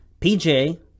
pj